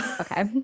Okay